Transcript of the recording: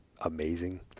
amazing